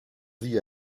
vie